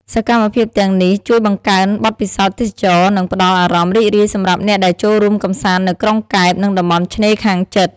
សកម្មភាពទាំងនេះជួយបង្កើនបទពិសោធន៍ទេសចរណ៍ និងផ្តល់អារម្មណ៍រីករាយសម្រាប់អ្នកដែលចូលរួមកម្សាន្តនៅក្រុងកែប និងតំបន់ឆ្នេរខាងជិត។